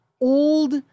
old